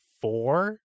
four